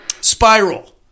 Spiral